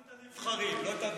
רק את הנבחרים, לא את הבוחרים.